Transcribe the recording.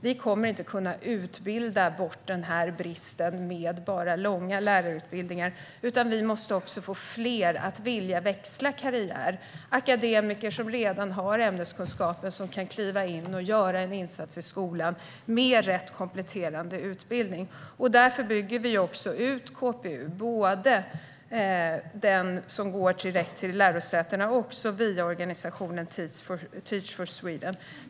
Vi kommer inte att kunna utbilda bort bristen med bara långa lärarutbildningar, utan vi måste också få fler att vilja växla karriär. Det handlar om akademiker som redan har ämneskunskap och som kan kliva in och göra en insats i skolan med rätt kompletterande utbildning. Därför bygger vi ut KPU, både den som går direkt till lärosätena och via organisationen Teach for Sweden.